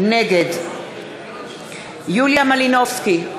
נגד יוליה מלינובסקי,